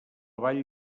vall